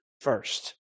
first